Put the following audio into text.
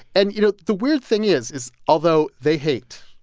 and, you know, the weird thing is is although they hate,